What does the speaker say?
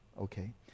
Okay